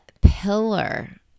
pillar